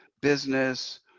business